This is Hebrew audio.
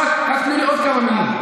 רק תנו לי עוד כמה מילים.